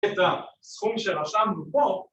‫תודה. סכום שרשמנו פה.